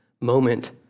moment